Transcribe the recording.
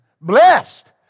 blessed